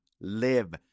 Live